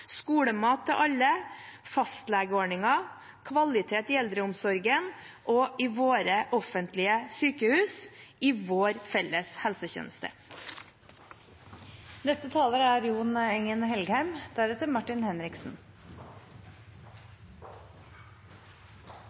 skolemat til alle, fastlegeordningen, kvalitet i eldreomsorgen og i våre offentlige sykehus – i vår felles helsetjeneste. Under finansdebatten er